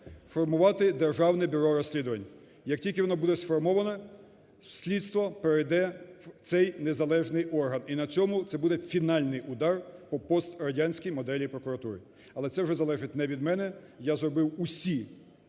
формувати Державне бюро розслідувань. Як тільки воно буде сформовано, слідство перейде в цей незалежний орган, і на цьому це буде фінальний удар по пострадянській моделі прокуратури. Але це вже залежить не від мене, я зробив усі